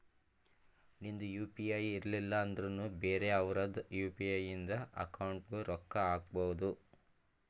ನಿಂದ್ U P I ಇರ್ಲಿಲ್ಲ ಅಂದುರ್ನು ಬೇರೆ ಅವ್ರದ್ ಯು.ಪಿ.ಐ ಇಂದ ಅಕೌಂಟ್ಗ್ ರೊಕ್ಕಾ ಹಾಕ್ಬೋದು